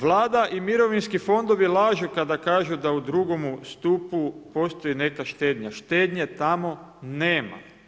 Vlada i mirovinski fondovi lažu, kada kažu da u 2. stupu postoji neka štednja, štednje tamo nema.